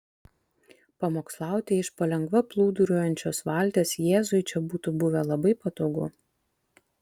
pamokslauti iš palengva plūduriuojančios valties jėzui čia būtų buvę labai patogu